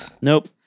nope